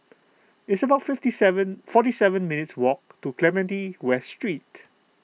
it's about fifty seven forty seven minutes' walk to Clementi West Street